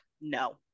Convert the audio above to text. No